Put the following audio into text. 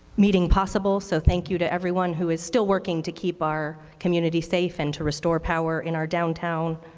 meeting possible, so, thank you to everyone who is still working to keep our community safe and to restore power in our downtown.